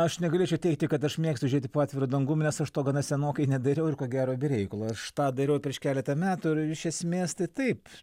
aš negalėčiau teigti kad aš mėgstu žiūrėti po atviru dangum nes aš to gana senokai nedariau ir ko gero be reikalo aš tą dariau prieš keletą metų ir iš esmės tai taip